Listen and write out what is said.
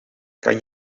kan